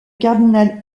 cardinal